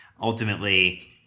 Ultimately